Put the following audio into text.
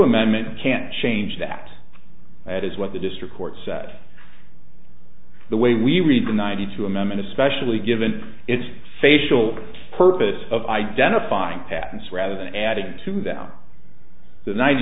amendment can change that that is what the district court said the way we read the ninety two amendment especially given its facial purpose of identifying patents rather than adding to them the ninety